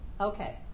Okay